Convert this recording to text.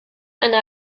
eine